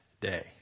day